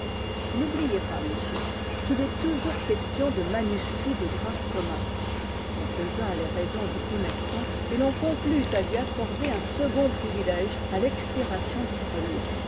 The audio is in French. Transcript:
n'oubliez pas monsieur qu'il est toujours question de manuscrits de droit commun on pesa les raisons du commerçant et l'on conclut à lui accorder un second privilège à l'expiration du premier